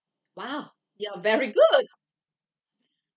!wow! you are very good